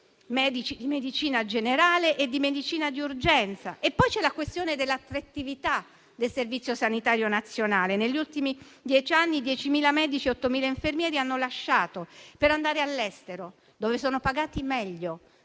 di medicina generale e di medicina di urgenza. Poi c'è la questione dell'attrattività del Servizio sanitario nazionale: negli ultimi dieci anni 10.000 medici e 8.000 infermieri hanno lasciato per andare all'estero, dove sono pagati meglio,